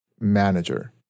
manager